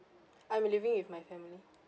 I'm living with my family